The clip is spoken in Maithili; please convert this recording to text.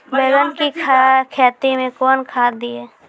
बैंगन की खेती मैं कौन खाद दिए?